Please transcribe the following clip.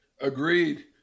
Agreed